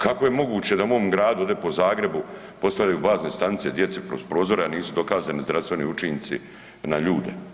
Kako je moguće da u mome gradu, ovdje po Zagrebu postavljaju bazne stanice djeci kroz prozore a nisu dokazani zdravstveni učinci na ljude?